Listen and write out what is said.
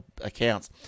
accounts